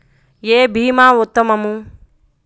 ఏ భీమా ఉత్తమము?